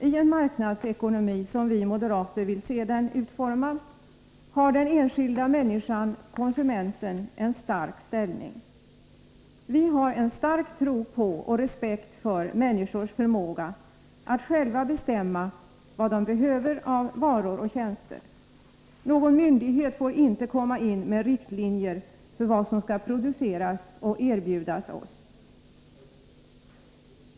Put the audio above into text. I en marknadsekonomi sådan som vi moderater vill se den utformad har den enskilda människan — konsumenten — en stark ställning. Vi har en stark tro på och respekt för människors förmåga att själva bestämma vad de behöver av varor och tjänster. Någon myndighet får inte dra upp riktlinjer för vad som skall produceras och erbjudas oss.